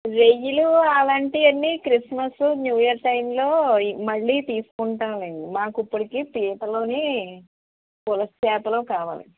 రోయ్యిలూ అలాంటివన్నీ Christmas new year టైంలో ఈ మళ్ళీ తీసుకుంటాంలెండి మాకు ఇప్పటికి పీతలునూ పులస చేపలు కావాలి